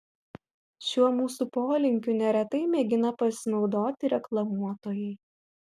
šiuo mūsų polinkiu neretai mėgina pasinaudoti reklamuotojai